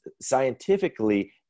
scientifically